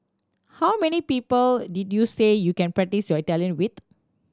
how many people did you say you can practise your Italian with